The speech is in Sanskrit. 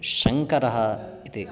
शङ्करः इति